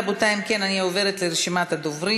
רבותי, אם כן, אני עוברת לרשימת הדוברים.